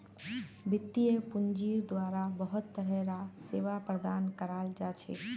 वित्तीय पूंजिर द्वारा बहुत तरह र सेवा प्रदान कराल जा छे